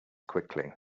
quickly